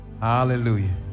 Hallelujah